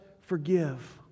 forgive